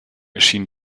erschien